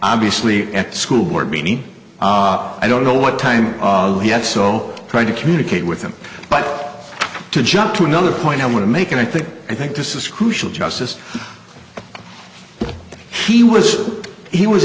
obviously at school board meeting i don't know what time of yet so trying to communicate with him but to jump to another point i want to make and i think i think this is crucial justice he was he was